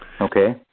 Okay